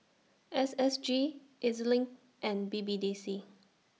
S S G E Z LINK and B B D C